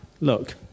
look